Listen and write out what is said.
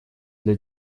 для